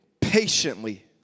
patiently